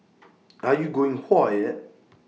are you going whoa yet